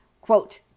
Quote